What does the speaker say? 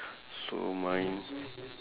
so mine